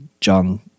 John